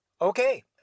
Okay